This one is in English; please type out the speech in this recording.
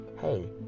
Hey